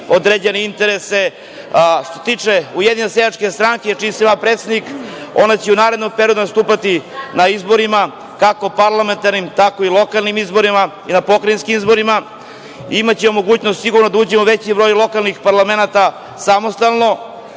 određene interese. Što se tiče Ujedinjene seljačke stranke, čiji sam ja predsednik, ona će i u narednom periodu nastupati na izborima, kako parlamentarnim, tako i lokalnim i pokrajinskim i imaćemo mogućnost sigurno da uđemo u veći broj lokalnih parlamenata samostalno,